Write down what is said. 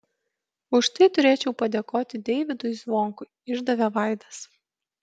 už tai turėčiau padėkoti deivydui zvonkui išdavė vaidas